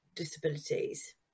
disabilities